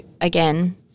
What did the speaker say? again